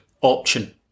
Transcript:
option